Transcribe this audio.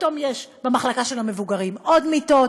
פתאום יש במחלקה של המבוגרים עוד מיטות.